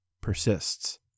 persists